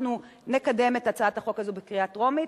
אנחנו נקדם את הצעת החוק הזאת בקריאה טרומית.